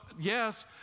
yes